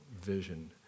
vision